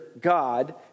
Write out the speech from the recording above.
God